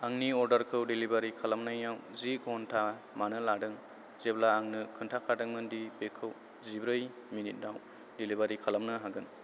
आंनि अर्डारखौ डेलिभारि खालामनायाव जि घन्टा मानो लादों जेब्ला आंनो खोनथाखादोंमोन दि बेखौ जिब्रै मिनिटाव डेलिभारि खालामनो हागोन